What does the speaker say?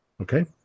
Okay